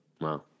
Wow